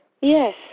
Yes